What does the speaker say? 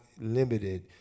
limited